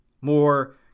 more